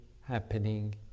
happening